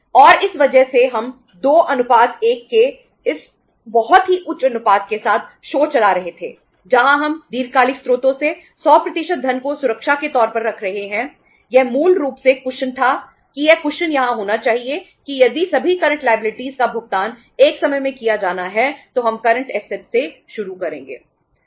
और इस वजह से हम 2 1 के इस बहुत ही उच्च अनुपात के साथ शो से शुरू करेंगे